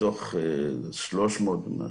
מתוך שלוש מאוד ומשהו.